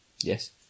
Yes